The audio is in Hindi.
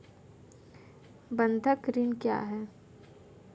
बंधक ऋण क्या है?